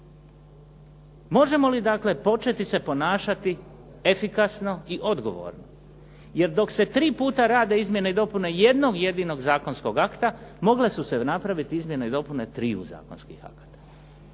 Možemo li dakle početi se ponašati efikasno i odgovorno? Jer dok se 3 puta rade izmjene i dopune jednog jedinog zakonskog akta, mogla su se napraviti izmjene i dopune triju zakonskih akata.